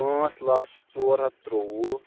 پانٛژھ لچھ ژور ہتھ ترٛووُہ